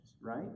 right